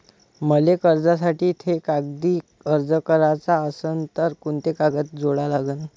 मले कर्जासाठी थे कागदी अर्ज कराचा असन तर कुंते कागद जोडा लागन?